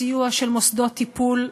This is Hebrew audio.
בסיוע של מוסדות טיפול,